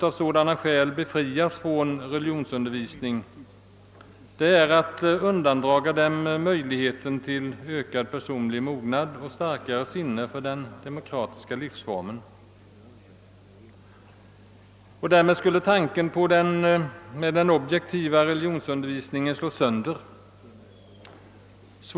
En sådan befrielse från religionsundervisningen innebär emellertid att de berövas möjligheten till personlig mognad och en starkare känsla för den demokratiska livsformen. Därmed skulle också tanken bakom den objektiva religionsundervisningen förfelas.